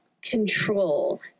control